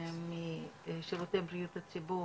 משירותי בריאות הציבור,